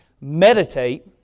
meditate